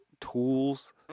tools